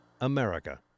America